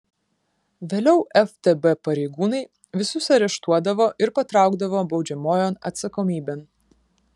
vėliau ftb pareigūnai visus areštuodavo ir patraukdavo baudžiamojon atsakomybėn